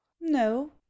no